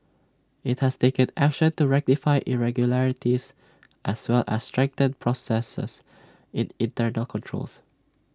IT has taken action to rectify irregularities as well as strengthen processes in internal controls